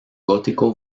gótico